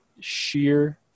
sheer